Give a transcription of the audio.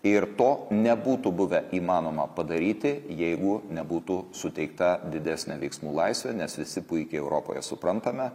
ir to nebūtų buvę įmanoma padaryti jeigu nebūtų suteikta didesnė veiksmų laisvė nes visi puikiai europoje suprantame